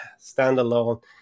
standalone